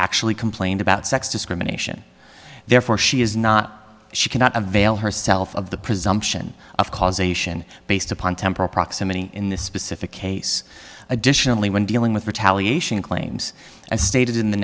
actually complained about sex discrimination therefore she is not she cannot avail herself of the presumption of causation based upon temporal proximity in this specific case additionally when dealing with retaliation claims as stated in the